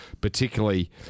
particularly